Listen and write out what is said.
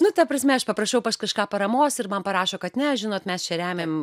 nu ta prasme aš paprašau kažką paramos ir man parašo kad ne žinot mes čia remiam